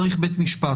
צריך בית משפט,